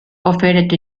offered